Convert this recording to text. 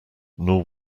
nor